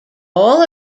all